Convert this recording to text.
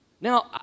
Now